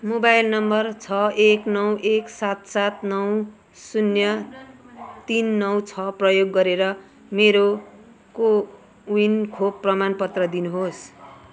mobile number छ एक नौ एक सात सात नौ शून्य तिन नौ छ प्रयोग गरेर मेरो कोविन खोप प्रमाणपत्र दिनुहोस्